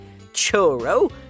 churro